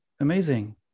amazing